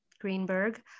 Greenberg